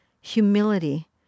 humility